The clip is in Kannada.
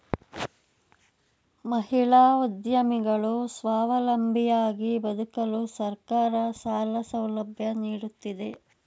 ಮಹಿಳಾ ಉದ್ಯಮಿಗಳು ಸ್ವಾವಲಂಬಿಯಾಗಿ ಬದುಕಲು ಸರ್ಕಾರ ಸಾಲ ಸೌಲಭ್ಯ ನೀಡುತ್ತಿದೆ